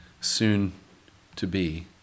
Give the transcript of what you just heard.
soon-to-be